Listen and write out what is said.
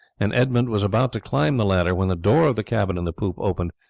and edmund was about to climb the ladder when the door of the cabin in the poop opened,